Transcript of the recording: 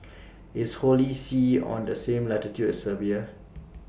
IS Holy See on The same latitude as Serbia